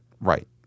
right